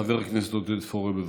חבר הכנסת עודד פורר, בבקשה.